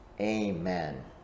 Amen